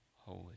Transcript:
holy